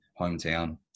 hometown